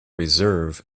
reserve